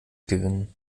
gewinnen